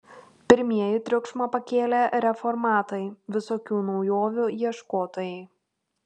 pirmieji triukšmą pakėlė reformatai visokių naujovių ieškotojai